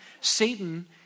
Satan